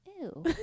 Ew